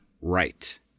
right